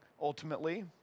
ultimately